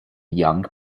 young